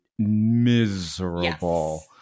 Miserable